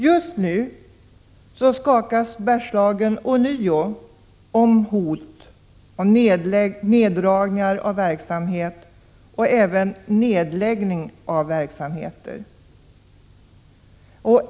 Just nu skakas Bergslagen ånyo av hot om neddragningar av verksamhet och även om nedläggning av verksamheter.